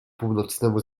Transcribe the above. północnemu